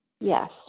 Yes